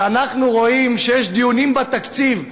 כשאנחנו רואים שיש דיונים בתקציב,